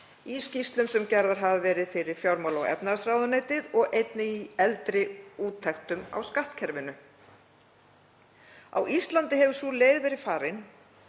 skýrslum sem gerðar hafa verið fyrir fjármála- og efnahagsráðuneytið og einnig í eldri úttektum á skattkerfinu. Á Íslandi hafi sú leið verið farin